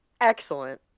Excellent